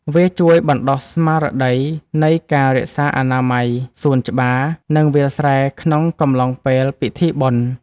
វាជួយបណ្តុះស្មារតីនៃការរក្សាអនាម័យសួនច្បារ និងវាលស្រែក្នុងកំឡុងពេលពិធីបុណ្យ។